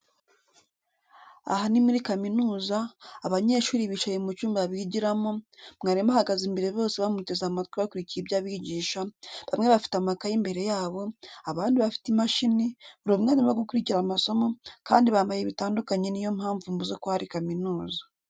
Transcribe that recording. Aha ni kuri kaminuza, abanyeshuri bicaye mu cyumba bigiramo, mwarimu abahagaze imbere bose bamuteze amatwi bakurikiye ibyo abigisha, bamwe bafite amakayi imbere yabo, abandi bafite imashini, buri umwe arimo gukurikira amasomo, kandi bambaye bitandukanye niyo mpamvu mvuze ko ari kaminuza.